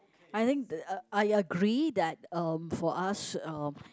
I think the I agree that um for us um